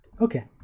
Okay